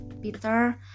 Peter